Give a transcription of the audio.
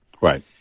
Right